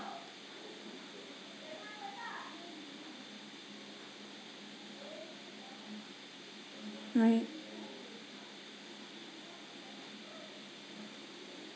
my